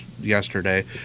yesterday